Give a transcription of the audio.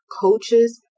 coaches